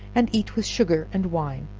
and eat with sugar and wine,